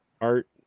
art